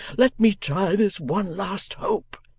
let me try this one last hope